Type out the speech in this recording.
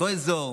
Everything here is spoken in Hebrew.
אותו אזור,